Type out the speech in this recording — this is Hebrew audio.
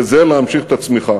וזה להמשיך את הצמיחה.